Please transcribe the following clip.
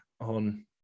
on